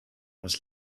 aus